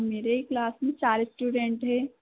मेरे क्लास में चार इस्टूडेंट है